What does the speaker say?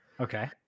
Okay